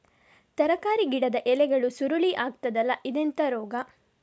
ತರಕಾರಿ ಗಿಡದ ಎಲೆಗಳು ಸುರುಳಿ ಆಗ್ತದಲ್ಲ, ಇದೆಂತ ರೋಗ?